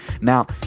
Now